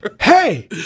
Hey